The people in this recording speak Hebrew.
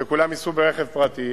שכולם ייסעו ברכב פרטי.